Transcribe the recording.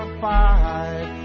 five